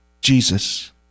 Jesus